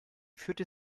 führte